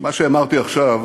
מה שאמרתי עכשיו